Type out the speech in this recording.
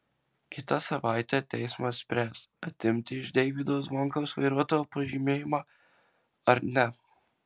kitą savaitę teismas spręs atimti iš deivydo zvonkaus vairuotojo pažymėjimą ar ne